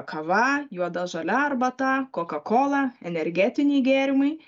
kava juoda žalia arbata koka kola energetiniai gėrimai